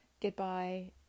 goodbye